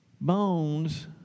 bones